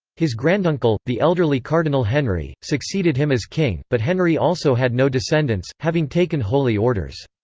his granduncle, the elderly cardinal henry, succeeded him as king, but henry also had no descendants, having taken holy orders.